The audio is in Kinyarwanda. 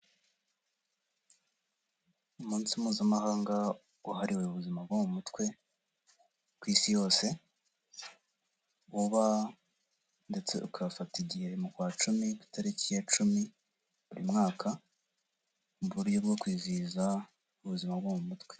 Umunsi mpuzamahanga wahariwe ubuzima bwo mu mutwe ku Isi yose, uba ndetse ugafata igihe mu kwa cumi ku itariki ya cumi buri mwaka, mu buryo bwo kwizihiza ubuzima bwo mu mutwe.